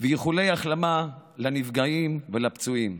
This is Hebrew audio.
ואיחולי החלמה לנפגעים ולפצועים.